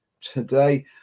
today